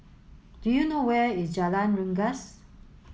do you know where is Jalan Rengas